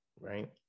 right